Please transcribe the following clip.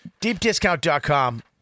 DeepDiscount.com